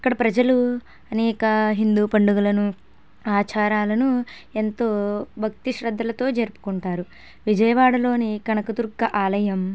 ఇక్కడ ప్రజలు అనేక హిందూ పండుగలను ఆచారాలను ఎంతో భక్తి శ్రద్ధలతో జరుపుకుంటారు విజయవాడలోనే కనకదుర్గ ఆలయం